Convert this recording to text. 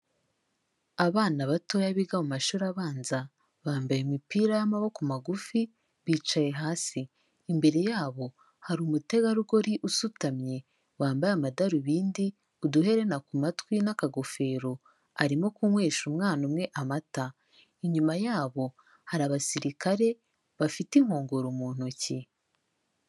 Abana batoya biga mu mashuri abanza, bambaye imipira y'amaboko magufi, bicaye hasi, imbere yabo hari umutegarugori usutamye, wambaye amadarubindi, uduherena ku matwi, n'akagofero, arimo kunywesha umwana umwe amata, inyuma yabo hari abasirikare bafite inkongoro mu ntoki.